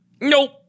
Nope